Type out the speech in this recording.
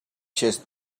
chest